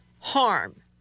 harm